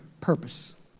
purpose